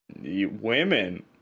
Women